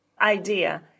idea